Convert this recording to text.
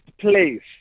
place